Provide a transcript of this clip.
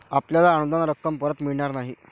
आपल्याला अनुदान रक्कम परत मिळणार नाही